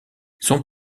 son